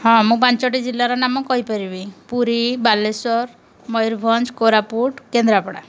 ହଁ ମୁଁ ପାଞ୍ଚଟି ଜିଲ୍ଲାର ନାମ କହିପାରିବି ପୁରୀ ବାଲେଶ୍ୱର ମୟୂରଭଞ୍ଜ କୋରାପୁଟ କେନ୍ଦ୍ରାପଡ଼ା